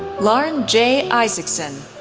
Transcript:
loren j. isakson,